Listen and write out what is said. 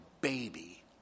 baby